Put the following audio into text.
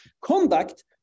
Conduct